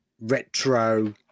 retro